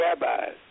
rabbis